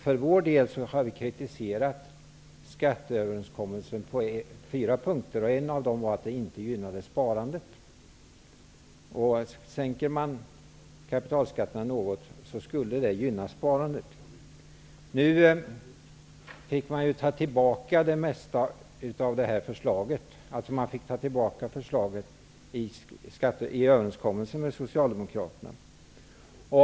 För vår del har vi kritiserat skatteöverenskommelsen på fyra punkter, varav en punkt var att den inte gynnade sparandet. Om man något sänker kapitalskatterna, gynnas sparandet. Man fick dock ta tillbaka förslaget i överenskommelsen med socialdemokraterna.